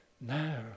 Now